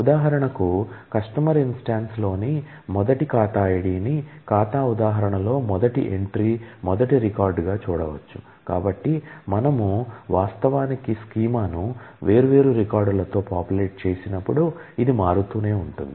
ఉదాహరణకు customer instance చేసినప్పుడు ఇది మారుతూనే ఉంటుంది